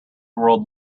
world